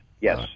Yes